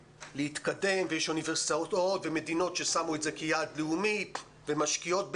להתקדם ויש אוניברסיטאות ומדינות ששמו את זה כיעד לאומי ומשקיעות בזה,